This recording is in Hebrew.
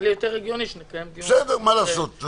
נראה לי יותר הגיוני שנקיים דיון --- מה לעשות,